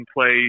play